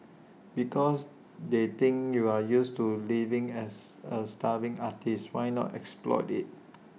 because they think you're used to living as A starving artist why not exploit IT